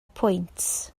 pwynt